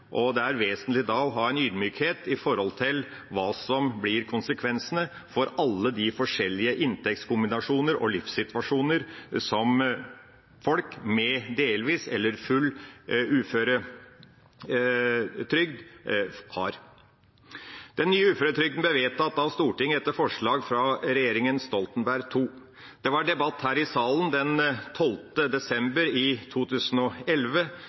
er det vesentlig å ha ydmykhet for hva som blir konsekvensene for alle de forskjellige inntektskombinasjoner og livssituasjoner som folk med delvis eller full uføretrygd har. Den nye uføretrygden ble vedtatt av Stortinget etter forslag fra regjeringen Stoltenberg II. Det var debatt her i salen den 12. desember 2011.